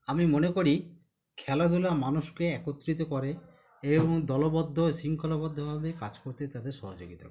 আমি মনে করি খেলাধুলা মানুষকে একত্রিত করে এবং দলবদ্ধ শৃঙ্খলাবদ্ধভাবে কাজ করতে তাদের সহযোগিতা করে